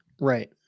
right